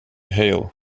hail